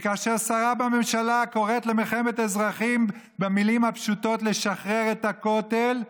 וכאשר שרה בממשלה קוראת למלחמת אזרחים במילים הפשוטות "לשחרר את הכותל",